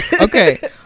okay